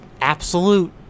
absolute